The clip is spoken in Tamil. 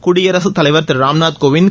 குடியரசுத்தலைவர் திரு ராம்நாத்கோவிந்த்